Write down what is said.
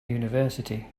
university